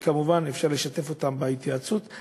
וכמובן אפשר לשתף אותם בהתייעצות.